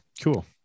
cool